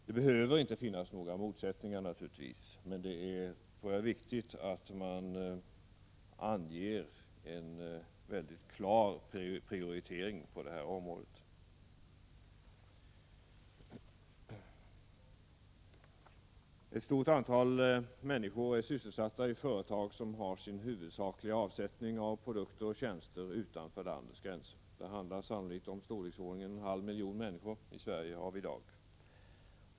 Det behöver inte finnas några motsättningar, men det är, tror jag, viktigt att man anger en klar prioritering på den punkten. Ett stort antal människor är sysselsatta i företag som har sin huvudsakliga avsättning av produkter och tjänster utanför landets gränser. Det handlar sannolikt om i storleksordningen en halv miljon människor i Sverige i dag.